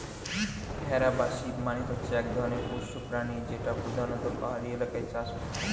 ভেড়া বা শিপ মানে হচ্ছে এক ধরণের পোষ্য প্রাণী যেটা পোধানত পাহাড়ি এলাকায় চাষ হচ্ছে